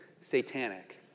satanic